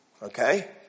Okay